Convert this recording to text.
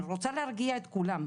אני רוצה להרגיע את כולם.